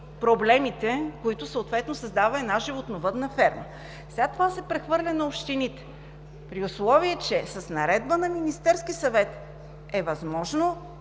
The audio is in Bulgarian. проблемите, които създава една животновъдна ферма. Сега това се прехвърля на общините. При условие че с наредба на Министерския съвет е възможно